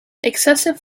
excessive